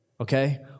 okay